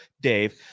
Dave